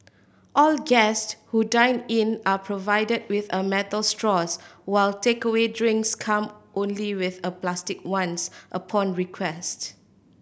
all guest who dine in are provided with a metal straws while takeaway drinks come only with a plastic ones upon request